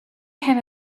came